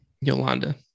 Yolanda